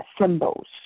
symbols